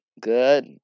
Good